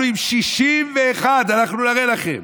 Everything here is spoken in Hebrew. אנחנו עם 61. אנחנו נראה לכם.